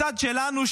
הצד שלנו,